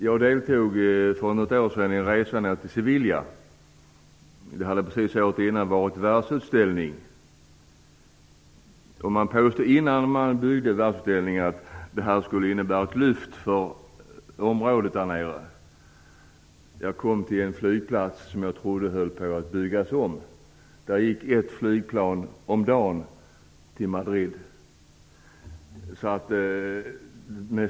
Jag deltog för något år sedan i en resa ned till Sevilla. Det hade året innan varit världsutställning. Man påstod innan man byggde världsutställningen att den skulle innebära ett lyft för området. Jag kom till en flygplats som jag trodde höll på att byggas om. Det gick ett flygplan om dagen till Madrid.